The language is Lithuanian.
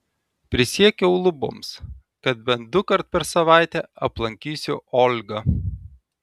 prisiekiau luboms kad bent dukart per savaitę aplankysiu olgą